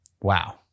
Wow